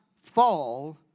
fall